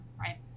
right